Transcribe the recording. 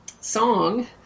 song